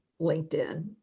LinkedIn